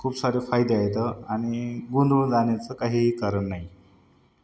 खूप सारे फायदे आहेत आणि गोंधळून जाण्याचं काहीही कारण नाही